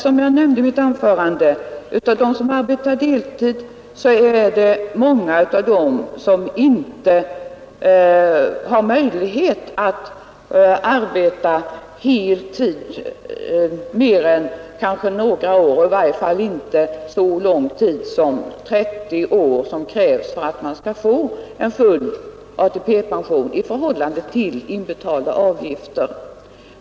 Som jag nämnde i mitt förra anförande är det tidsanställdas samt emellertid så att många av dem som arbetar deltid inte har möjlighet att — låginkomsttagares arbeta heltid mer än kanske några år, i varje fall inte under så lång tid ställning inom som 30 år, en tid som det krävs för att man skall få full ATP-poäng i tilläggspensioförhållande till inbetalda avgifter.